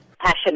passion